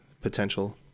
potential